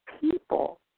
people